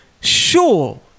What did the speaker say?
sure